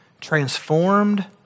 transformed